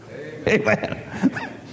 Amen